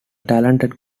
talented